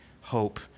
hope